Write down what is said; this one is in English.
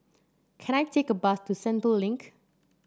can I take a bus to Sentul Link